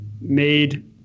made